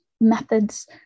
methods